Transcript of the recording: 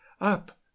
up